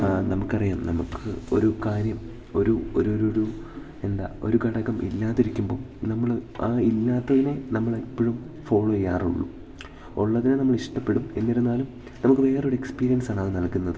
നമുക്കറിയാം നമുക്ക് ഒരു കാര്യം ഒരു ഒരു ഒരു ഒരു എന്താ ഒരു ഘടകം ഇല്ലാതിരിക്കുമ്പം നമ്മൾ ആ ഇല്ലാത്തതിനെ നമ്മൾ എപ്പോഴും ഫോളോ ചെയ്യാറുള്ളൂ ഉള്ളതിനെ നമ്മൾ ഇഷ്ടപ്പെടും എന്നിരുന്നാലും നമുക്ക് വേറൊരു എക്സ്പീരിയൻസ് ആണത് നൽകുന്നത്